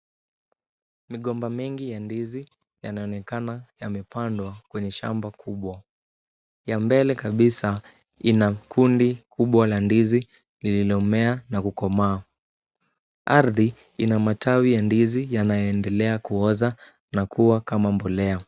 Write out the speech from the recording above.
Migomba mingi ya ndizi yanaonekana yamepandwa kwenye shamba kubwa. Ya mbele kabisa kuna kundi kubwa la ndizi lililomea na kukomaa. Ardhi ina matawi ya ndizi yanayoendelea kuoza na kuwa kama mbolea.